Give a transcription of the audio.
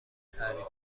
تعریف